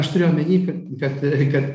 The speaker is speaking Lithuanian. aš turiu omeny kad kad kad